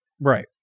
Right